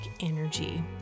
energy